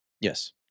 Yes